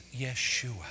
Yeshua